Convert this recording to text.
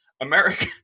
America